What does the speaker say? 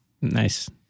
Nice